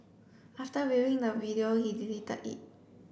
after viewing the video he deleted it